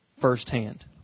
firsthand